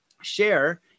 share